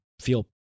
feel